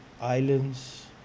islands